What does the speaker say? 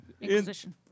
Inquisition